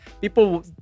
People